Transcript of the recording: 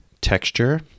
texture